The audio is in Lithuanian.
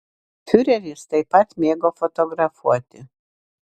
fiureris taip pat mėgo fotografuoti